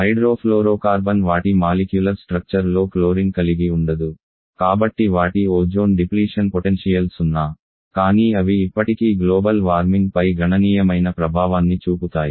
hydrofluorocarbon వాటి molecular structure లో chlorine కలిగి ఉండదు కాబట్టి వాటి ఓజోన్ డిప్లీషన్ పొటెన్షియల్ సున్నా కానీ అవి ఇప్పటికీ గ్లోబల్ వార్మింగ్పై గణనీయమైన ప్రభావాన్ని చూపుతాయి